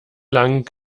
lang